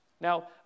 Now